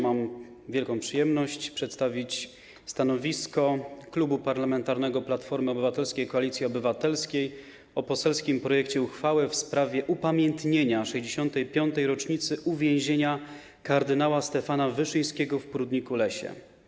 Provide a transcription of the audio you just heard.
Mam wielką przyjemność przedstawić stanowisko Klubu Parlamentarnego Platforma Obywatelska - Koalicja Obywatelska wobec poselskiego projektu uchwały w sprawie upamiętnienia 65. rocznicy uwięzienia kardynała Stefana Wyszyńskiego w Prudniku-Lesie.